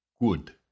Good